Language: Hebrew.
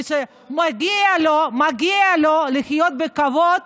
ושמגיע לו לחיות בכבוד